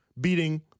beating